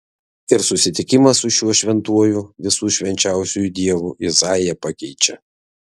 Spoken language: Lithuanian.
ir susitikimas su šiuo šventuoju visų švenčiausiuoju dievu izaiją pakeičia